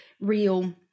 real